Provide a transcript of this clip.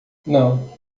não